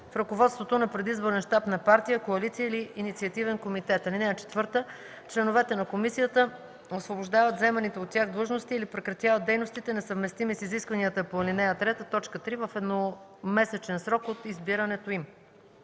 в ръководството на предизборен щаб на партия, коалиция или инициативен комитет. (4) Членовете на комисията освобождават заеманите от тях длъжности или прекратяват дейностите, несъвместими с изискванията на ал. 3, т. 3, в едномесечен срок от избирането им.”